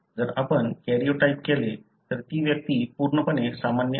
जर आपण कॅरिओटाइप केले तर ती व्यक्ती पूर्णपणे सामान्य आहे